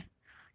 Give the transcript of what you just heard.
simi sai